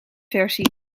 versie